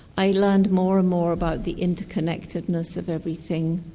i learned more and more about the interconnectedness of everything.